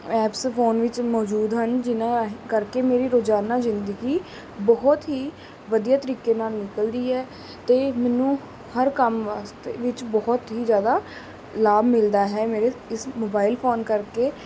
apps phone ਵਿੱਚ ਮੌਜੂਦ ਹਨ ਜਿਹਨਾਂ ਕਰਕੇ ਮੇਰੀ ਰੋਜ਼ਾਨਾ ਜ਼ਿੰਦਗੀ ਬਹੁਤ ਹੀ ਵਧੀਆ ਤਰੀਕੇ ਨਾਲ ਨਿਕਲਦੀ ਹੈ ਅਤੇ ਮੈਨੂੰ ਹਰ ਕੰਮ ਵਾਸਤੇ ਵਿੱਚ ਬਹੁਤ ਹੀ ਜ਼ਿਆਦਾ ਲਾਭ ਮਿਲਦਾ ਹੈ ਮੇਰੇ ਇਸ ਮੋਬਾਇਲ ਫੋਨ ਕਰਕੇ